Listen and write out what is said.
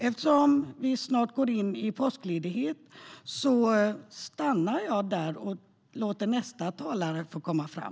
Eftersom vi snart går in i påskledighet stannar jag där och låter nästa talare få komma fram.